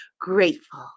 Grateful